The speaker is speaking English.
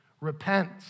repent